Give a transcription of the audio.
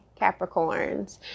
Capricorns